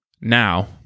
Now